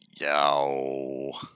Yo